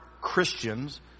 Christians